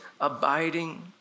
abiding